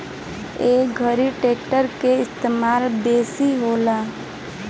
ए घरी ट्रेक्टर के इस्तेमाल बेसी होला